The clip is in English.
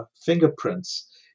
fingerprints